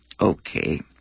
okay